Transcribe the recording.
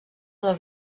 del